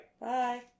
Bye